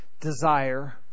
desire